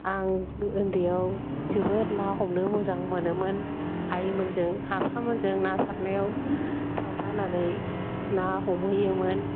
आंबो उन्दैयाव जोबोर ना हमनो मोजां मोनोमोन आइमोनजों आफामोनजों ना सारनायाव थांफानानै ना हमहैयोमोन